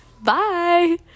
Bye